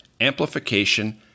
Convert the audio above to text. amplification